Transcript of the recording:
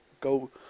Go